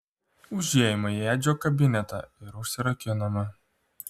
užėjome į edžio kabinetą ir užsirakinome